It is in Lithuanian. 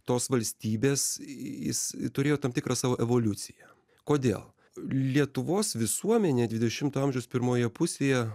tos valstybės jis turėjo tam tikrą savo evoliuciją kodėl lietuvos visuomenė dvidešimto amžiaus pirmoje pusėje